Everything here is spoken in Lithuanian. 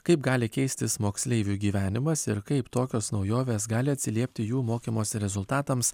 kaip gali keistis moksleivių gyvenimas ir kaip tokios naujovės gali atsiliepti jų mokymosi rezultatams